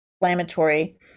inflammatory